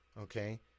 Okay